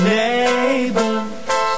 neighbors